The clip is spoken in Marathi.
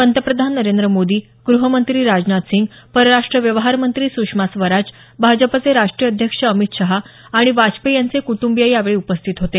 पंतप्रधान नरेंद्र मोदी ग्रहमंत्री राजानथ सिंग परराष्ट्र व्यवहार मंत्री सुषमा स्वराज भाजपचे राष्ट्रीय अध्यक्ष अमित शहा आणि वाजपेयी यांचे कुटुंबीय यावेळी उपस्थित होते